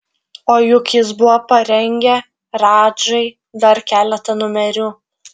o juk jis buvo parengę radžai dar keletą numerių